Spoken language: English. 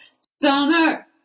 summer